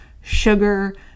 sugar